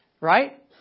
right